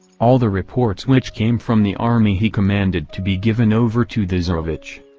all the reports which came from the army he commanded to be given over to the tsarevitch.